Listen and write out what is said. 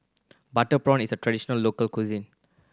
butter prawn is a traditional local cuisine